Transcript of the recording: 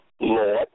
Lord